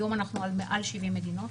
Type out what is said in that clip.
היום אנחנו על מעל 70 מדינות.